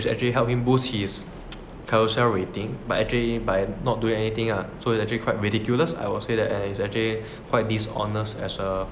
which actually helping boost his Carousell rating but actually by not doing anything ah so it actually quite ridiculous I will say that and it's actually quite this honest as a